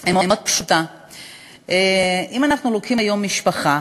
היא מאוד פשוטה, אם אנחנו לוקחים היום משפחה